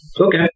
Okay